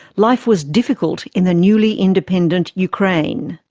life was difficult in the newly independent ukraine.